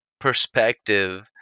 perspective